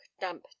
damp